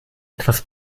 etwas